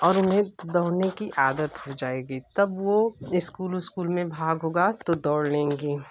और उन्हें दौड़ने की आदत हो जाएगी तब वो इस्कूल उस्कुल में भाग होगा तो दौड़ लेंगी